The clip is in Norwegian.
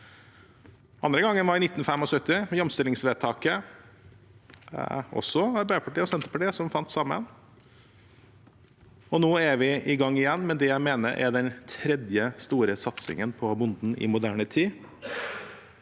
Andre gangen var i 1975, med jamstillingsvedtaket. Da var det også Arbeiderpartiet og Senterpartiet som fant sammen. Nå er vi i gang igjen, med det jeg mener er den tredje store satsingen på bonden i moderne tid.